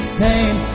pain